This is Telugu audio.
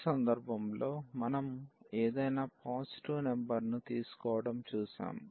ఈ సందర్భంలో మనం ఏదైనా పాజిటివ్ నెంబర్ ను తీసుకోవడం చూశాము